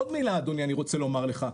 עוד מילה אדוני אני רוצה לומר לך,